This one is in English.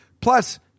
Plus